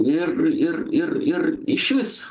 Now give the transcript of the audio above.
ir ir ir ir išvis